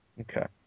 Okay